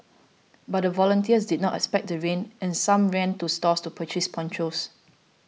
but the volunteers did not expect the rain and some ran to stores to purchase ponchos